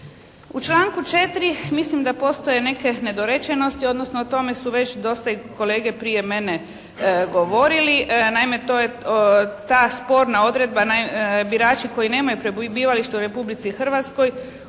U članku 4. mislim da postoje neke nedorečenosti, odnosno o tome su već dosta i kolege prije mene govorili. Naime, to je ta sporna odredba. Birači koji nemaju prebivalište u Republici Hrvatskoj